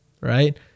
right